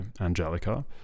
Angelica